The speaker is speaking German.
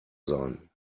sein